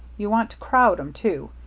you want to crowd em, too.